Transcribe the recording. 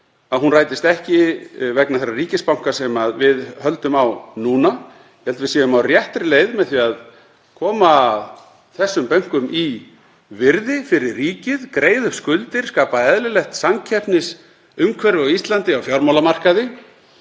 að hún rætist ekki vegna þeirra ríkisbanka sem við höldum á núna, ég held að við séum á réttri leið með því að koma þessum bönkum í virði fyrir ríkið, greiða upp skuldir, skapa eðlilegt samkeppnisumhverfi á Íslandi á fjármálamarkaði.